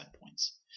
points